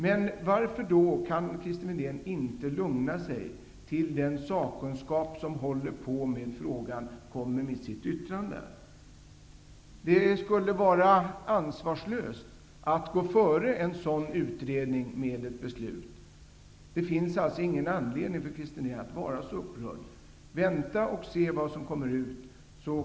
Men varför kan då inte Christer Windén lugna sig tills den sakkunskap som håller på med frågan kommer med sitt yttrande? Det skulle vara ansvarslöst att gå före en sådan utredning med ett beslut. Det finns ingen anledning för Christer Windén att vara så upprörd. Vänta och se vad som kommer ut!